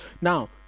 Now